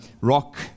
rock